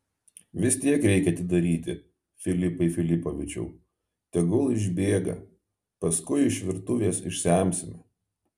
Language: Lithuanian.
vis tiek reikia atidaryti filipai filipovičiau tegul išbėga paskui iš virtuvės išsemsime